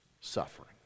suffering